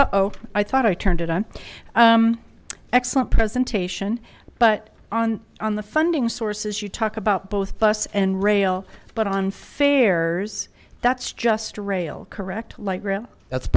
oh i thought i turned it on excellent presentation but on on the funding sources you talk about both bus and rail but on fares that's just rail correct light rail that's